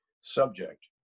subject